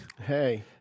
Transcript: Hey